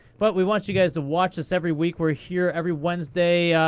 but we want you guys to watch us every week. we're here every wednesday.